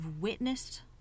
witnessed